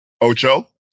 Ocho